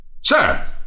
sir